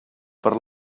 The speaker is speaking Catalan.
per